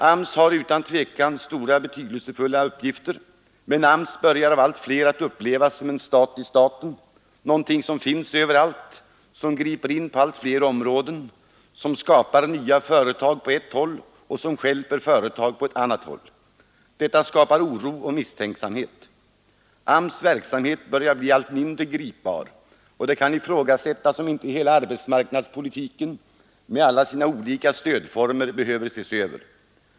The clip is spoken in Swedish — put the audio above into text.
AMS har utan tvivel betydelsefulla uppgifter, men AMS börjar av allt fler att upplevas som en stat i staten; någonting som finns överallt, som griper in på allt fler områden, som skapar nya företag på ett håll och som stjälper företag på ett annat håll. Detta skapar oro och misstänksamhet. AMS:s verksamhet börjar bli allt mindre gripbar och det kan ifrågasättas om inte hela arbetsmarknadspolitiken med alla sina olika stödformer behöver ses över.